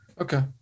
Okay